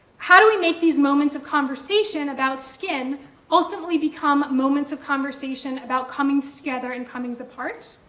how do we make these moments of conversation about skin ultimately become moments of conversation about comings-together and comings-apart?